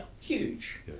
huge